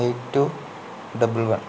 eight two double one